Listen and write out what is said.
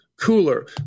cooler